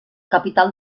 capital